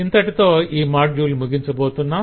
ఇంతటితో ఈ మాడ్యుల్ ముగించబోతున్నాం